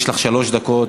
יש לך שלוש דקות.